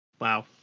Wow